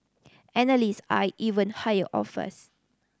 analyst eyed even higher offers